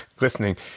listening